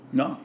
no